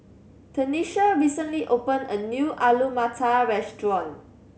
Tenisha recently opened a new Alu Matar Restaurant